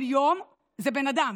כל יום זה בן אדם.